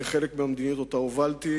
כחלק מהמדיניות שהובלתי,